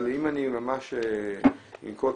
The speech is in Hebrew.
אם אני ממש אנקוט